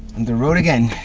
the road again.